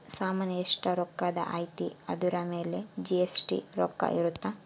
ಸಾಮನ್ ಎಸ್ಟ ರೊಕ್ಕಧ್ ಅಯ್ತಿ ಅದುರ್ ಮೇಲೆ ಜಿ.ಎಸ್.ಟಿ ರೊಕ್ಕ ಇರುತ್ತ